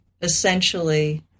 essentially